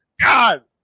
God